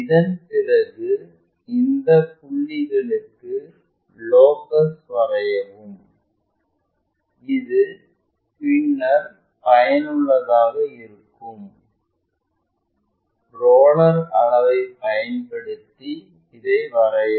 இதன்பிறகு இந்த புள்ளிகளுக்கு லோகஸ் வரையவும் இது பின்னர் பயனுள்ளதாக இருக்கும் ரோலர் அளவைப் பயன்படுத்தி இதை வரையவும்